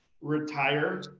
retire